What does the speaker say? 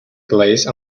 glaze